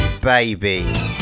Baby